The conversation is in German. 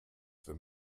wenn